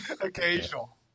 Occasional